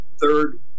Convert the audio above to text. third